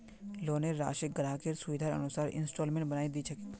लोनेर राशिक ग्राहकेर सुविधार अनुसार इंस्टॉल्मेंटत बनई दी छेक